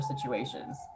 situations